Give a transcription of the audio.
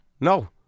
No